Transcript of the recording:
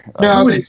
No